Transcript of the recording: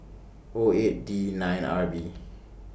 O eight D nine R B